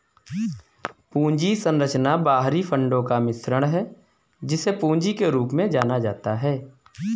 पूंजी संरचना बाहरी फंडों का मिश्रण है, जिसे पूंजी के रूप में जाना जाता है